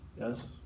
yes